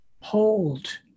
hold